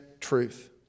truth